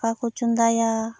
ᱫᱟᱠᱟ ᱠᱚ ᱪᱚᱸᱫᱟᱭᱟ